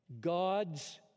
God's